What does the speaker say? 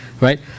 right